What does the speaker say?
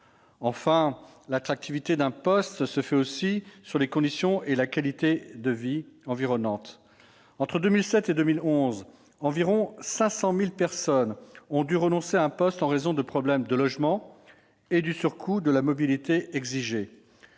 Enfin, l'attractivité d'un poste dépend aussi des conditions de vie et de la qualité de vie environnante. Entre 2007 et 2011, environ 500 000 personnes ont dû renoncer à un poste en raison de problèmes de logement et du surcoût de la mobilité exigée.